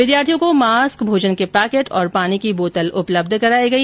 विद्यार्थियों को मास्क भोजन के पैकेट और पानी की बोतल उपलब्ध कराई गई